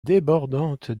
débordante